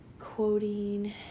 quoting